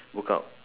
workout